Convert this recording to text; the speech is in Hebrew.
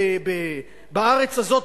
בארץ הזאת,